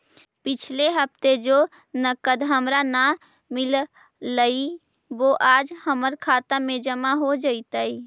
पिछले हफ्ते जो नकद हमारा न मिललइ वो आज हमर खता में जमा हो जतई